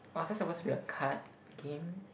was that supposed to be a card game